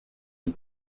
the